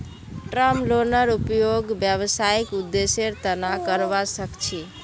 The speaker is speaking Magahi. टर्म लोनेर उपयोग व्यावसायिक उद्देश्येर तना करावा सख छी